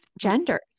genders